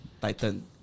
Titan